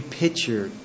picture